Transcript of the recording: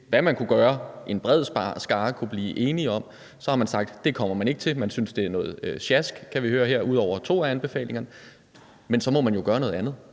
hvad man kunne gøre, som en bred skare kunne blive enige om. Så har man sagt: Det kommer man ikke til; man synes, det er noget sjask, kan vi høre her, ud over to af anbefalingerne. Men så må man jo gøre noget andet.